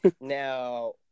Now